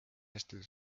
hästi